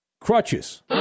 crutches